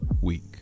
week